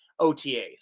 OTAs